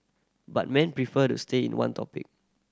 but men prefer to stay in one topic